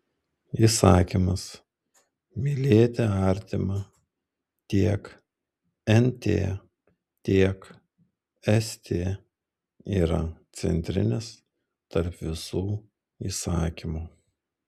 įsakymas mylėti artimą tiek nt tiek st yra centrinis tarp visų įsakymų